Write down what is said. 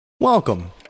Welcome